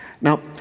Now